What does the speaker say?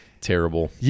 terrible